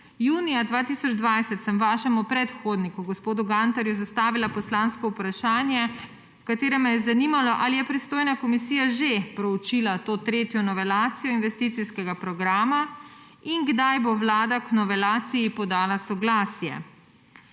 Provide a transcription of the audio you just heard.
Junija 2020 sem vašemu predhodniku gospodu Gantarju zastavila poslansko vprašanje, v katerem me je zanimalo, ali je pristojna komisija že proučila to tretjo novelacijo investicijskega programa in kdaj bo Vlada k novelaciji podala soglasje.